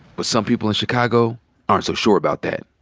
but some people in chicago aren't so sure about that.